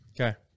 okay